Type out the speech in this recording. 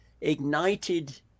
ignited